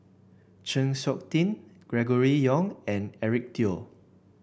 Chng Seok Tin Gregory Yong and Eric Teo